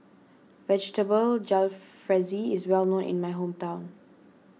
Vegetable Jalfrezi is well known in my hometown